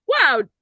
wow